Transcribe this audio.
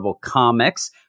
Comics